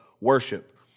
worship